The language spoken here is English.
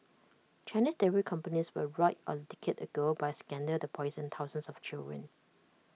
Chinese dairy companies were roiled A decade ago by A scandal that poisoned thousands of children